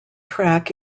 track